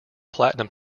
platinum